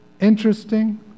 interesting